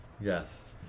Yes